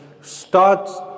starts